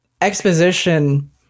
exposition